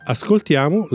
Ascoltiamo